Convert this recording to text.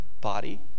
body